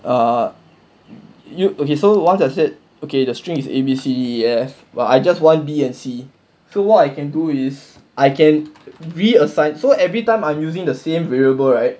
ah you okay so once I said okay the string is A B C D E F but I just wanna B and C so what I can do is I can reassign so every time I'm using the same variable right